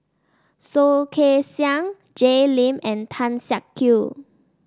Soh Kay Siang Jay Lim and Tan Siak Kew